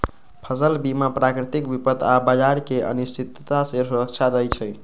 फसल बीमा प्राकृतिक विपत आऽ बाजार के अनिश्चितता से सुरक्षा देँइ छइ